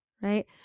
Right